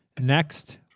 Next